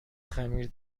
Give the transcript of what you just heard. خمیر